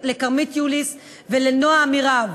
לכרמית יוליס ולנועה עמירב.